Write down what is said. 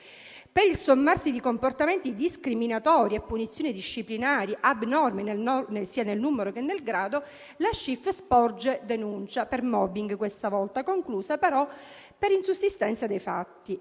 Per il sommarsi di comportamenti discriminatori e punizioni disciplinari abnormi sia nel numero, che nel grado, la Schiff sporge denuncia - per *mobbing* questa volta - che si conclude però per insussistenza dei fatti.